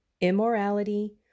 Immorality